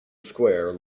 square